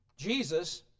Jesus